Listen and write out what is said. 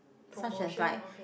promotion okay